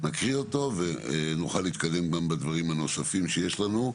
נקריא אותו ונוכל להתקדם גם בדברים הנוספים שיש לנו,